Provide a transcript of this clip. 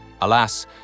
Alas